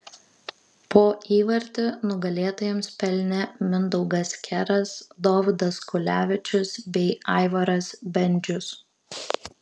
po įvartį nugalėtojams pelnė mindaugas keras dovydas kulevičius bei aivaras bendžius